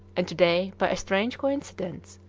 and to-day, by a strange coincidence,